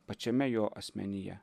pačiame jo asmenyje